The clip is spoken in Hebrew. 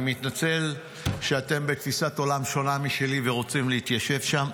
אני מתנצל שאתם בתפיסת עולם שונה משלי ורוצים להתיישב שם.